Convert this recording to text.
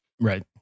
Right